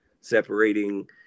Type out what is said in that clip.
separating